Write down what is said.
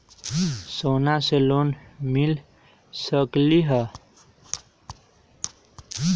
सोना से लोन मिल सकलई ह?